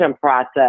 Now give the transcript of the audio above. process